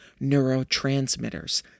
neurotransmitters